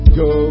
go